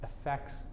affects